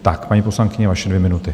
Tak paní poslankyně, vaše dvě minuty.